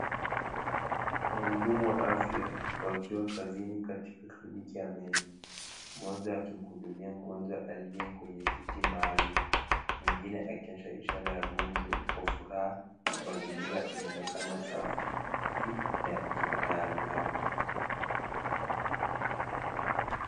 Waudumu wa afya wakiwa kazini katika cliniki ya meno. Moja akimuhudumia mgonjwa alieye kwenye kiti maalum, mwingine akionyesha ishara ya gumzo kwa furaha. Mazigira inaonekana safi na ya kitaalamu.